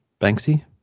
Banksy